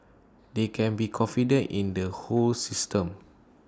they can be confident in the whole system